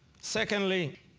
secondly